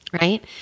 right